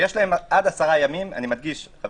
יש להם עד עשרה ימים להודיע.